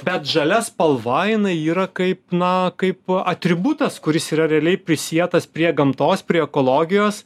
bet žalia spalva jinai yra kaip na kaip atributas kuris yra realiai prisietas prie gamtos prie ekologijos